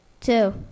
Two